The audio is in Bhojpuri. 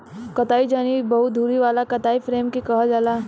कताई जेनी बहु धुरी वाला कताई फ्रेम के कहल जाला